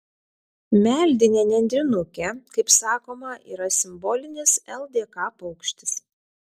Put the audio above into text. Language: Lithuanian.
meldinė nendrinukė kaip sakoma yra simbolinis ldk paukštis